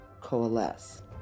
coalesce